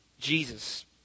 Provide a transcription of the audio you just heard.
Jesus